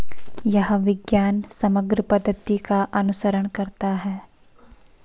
यह विज्ञान समग्र पद्धति का अनुसरण करता है